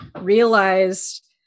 realized